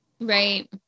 Right